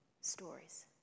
stories